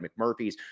McMurphys